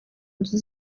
nzu